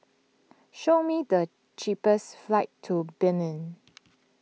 show me the cheapest flights to Benin